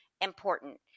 important